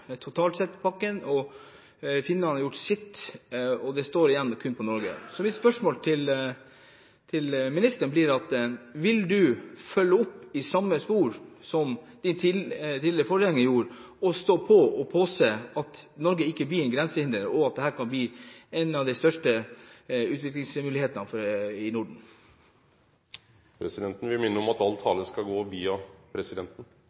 totalt sett i pakken og Finland har gjort sitt. Det står nå kun på Norge. Så mitt spørsmål til utenriksministeren er: Vil du følge opp i samme spor som din tidligere forgjenger gjorde, å stå på og påse at Norge ikke blir et grensehinder og at dette kan bli en av de største utviklingsmulighetene i Norden? Presidenten vil minne om at all tale skal gå via presidenten.